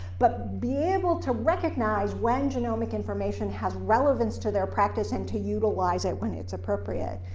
but be able to recognize when genomic information has relevance to their practice and to utilize it when it's appropriate.